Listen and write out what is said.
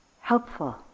Helpful